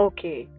Okay